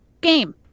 game